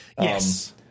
Yes